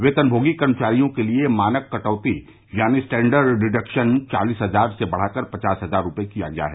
वेतनभोगी कर्मचारियों के लिए मानक कटौती यानी स्टैंडर्ड डिडेक्शन चालिस हजार से बढ़ाकर पचास हजार रूपये किया गया है